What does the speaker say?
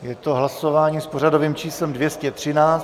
Je to hlasování s pořadovým číslem 213.